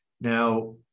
Now